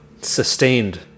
sustained